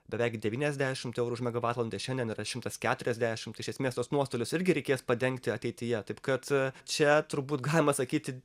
beveik devyniasdešimt eurų už megavatvalandę šiandien yra šimtas keturiasdešimt tai iš esmės tuos nuostolius irgi reikės padengti ateityje taip kad čia turbūt galima sakyti